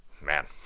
man